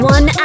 One